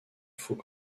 faux